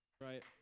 right